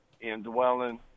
indwelling